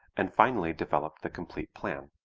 and finally developed the complete plan.